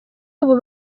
ubu